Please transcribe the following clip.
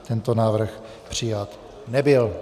Tento návrh přijat nebyl.